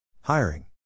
Hiring